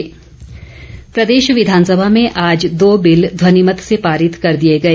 विघेयक प्रदेश विधानसभा में आज दो बिल ध्वनिमत से पारित कर दिए गए